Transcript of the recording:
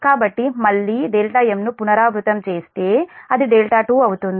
కాబట్టి మళ్లీ m ను పునరావృతం చేస్తే అది 2అవుతుంది